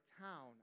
town